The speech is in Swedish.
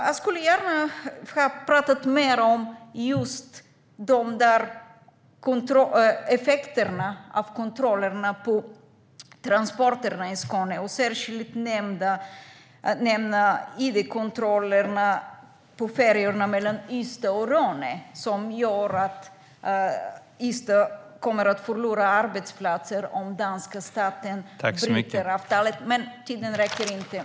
Jag skulle gärna ha pratat mer om just effekterna av kontrollerna på transporterna i Skåne, särskilt id-kontrollerna på färjorna mellan Ystad och Rönne, som gör att Ystad kommer att förlora arbetsplatser om danska staten bryter avtalet.